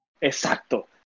Exacto